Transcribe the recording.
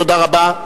תודה רבה.